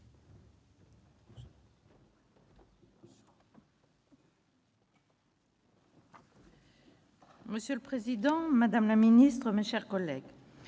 Monsieur le président, madame la ministre, mes chers collègues,